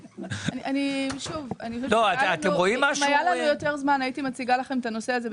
אם היה לנו יותר זמן הייתי מציגה את זה יותר.